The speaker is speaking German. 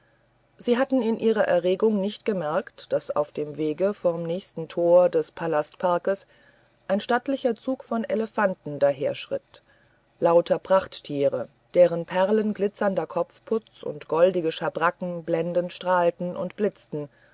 sie hatten in ihrer erregung nicht bemerkt daß auf dem wege vom nächsten tor des palastparkes ein stattlicher zug von elefanten daherschritt lauter prachttiere deren perlenglitzernder kopfputz und goldige schabracken blendend strahlten und blitzten